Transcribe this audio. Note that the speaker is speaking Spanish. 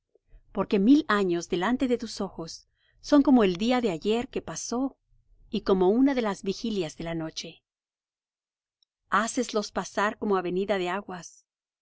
porque mil años delante de tus ojos son como el día de ayer que pasó y como una de las vigilias de la noche háceslos pasar como avenida de aguas